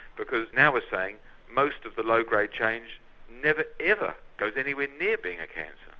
because now we're saying most of the low grade change never ever goes anywhere near being a cancer.